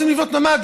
רוצים לבנות ממ"ד,